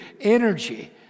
energy